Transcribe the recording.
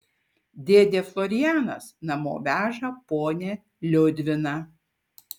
dėdė florianas namo veža ponią liudviną